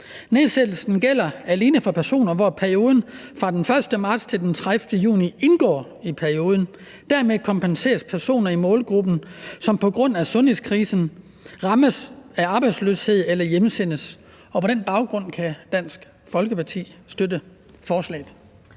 Nedsættelsen gælder alene for personer, hvor perioden fra den 1. marts til den 30. juni indgår i perioden. Dermed kompenseres personer i målgruppen, som på grund af sundhedskrisen rammes af arbejdsløshed eller hjemsendes. På den baggrund kan Dansk Folkeparti støtte forslaget.